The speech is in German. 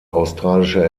australische